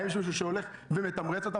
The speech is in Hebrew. האם יש מישהו שהולך ומתמרץ אותם?